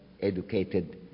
educated